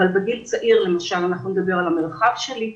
אבל בגיל צעיר למשל אנחנו נדבר על המרחב שלי,